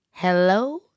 Hello